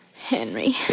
Henry